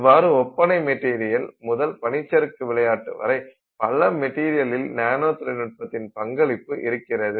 இவ்வாறு ஒப்பனைப் மெட்டீரியல் முதல் பனிச்சறுக்கு விளையாட்டு வரை பல மெட்டீரியலில் நானோ தொழில்நுட்பத்தின் பங்களிப்பு இருக்கிறது